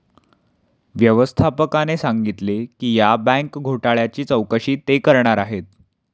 व्यवस्थापकाने सांगितले की या बँक घोटाळ्याची चौकशी ते करणार आहेत